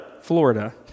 Florida